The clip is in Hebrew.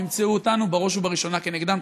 הן ימצאו אותנו בראש ובראשונה כנגדן.